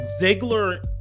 Ziggler